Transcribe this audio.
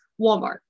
Walmart